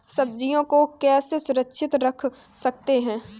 सब्जियों को कैसे सुरक्षित रख सकते हैं?